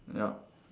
yup